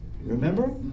Remember